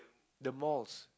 the malls